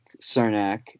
Cernak